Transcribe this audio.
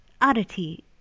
oddity